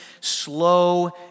slow